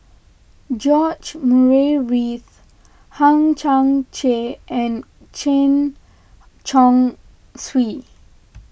George Murray Reith Hang Chang Chieh and Chen Chong Swee